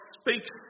speaks